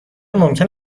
ممکن